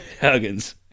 Huggins